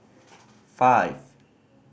five